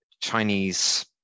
Chinese